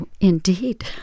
indeed